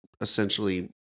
essentially